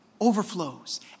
overflows